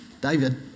David